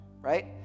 Right